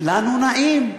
לנו נעים,